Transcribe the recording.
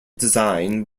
design